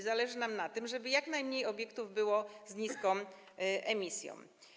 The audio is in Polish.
Zależy nam na tym, żeby jak najmniej obiektów było z niską emisją.